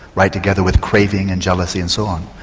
right together with craving and jealousy and so on.